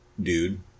dude